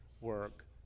work